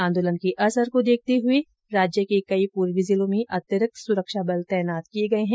आंदोलन के असर को देखते हुए राज्य के कई पूर्वी जिलों में अतिरिक्त सुरक्षा बल तैनात किए गए हैं